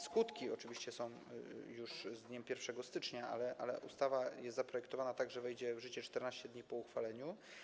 Skutki oczywiście będą już w dniu 1 stycznia, ale ustawa jest zaprojektowana tak, że wejdzie w życie 14 dni po uchwaleniu.